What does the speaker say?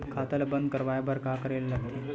खाता ला बंद करवाय बार का करे ला लगथे?